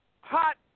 hot